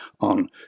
on